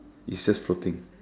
it's just floating